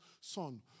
son